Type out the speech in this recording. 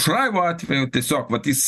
šurajevo atveju tiesiog vat jis